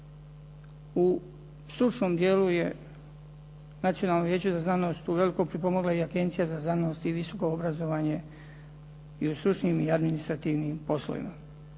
U stručnom dijelu je Nacionalno vijeće za znanost uvelike pripomogla i Agencija za znanost i visoko obrazovanje i u stručnim i administrativnim poslovima.